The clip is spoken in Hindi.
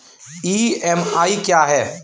ई.एम.आई क्या है?